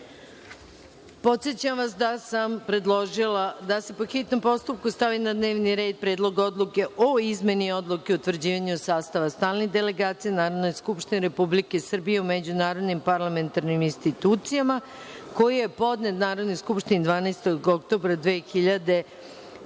rad. Podsećam vas da sam predložila da se, po hitnom postupku, stavi na dnevni red Predlog odluke o izmeni Odluke o utvrđivanju sastava stalnih delegacija Narodne skupštine Republike Srbije u međunarodnim parlamentarnim institucijama, koji je podnet Narodnoj skupštini 12. oktobra 2016.